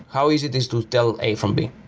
how easy it is to tell a from b.